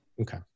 Okay